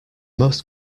most